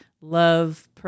love